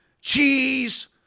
cheese